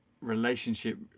relationship